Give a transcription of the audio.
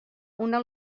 una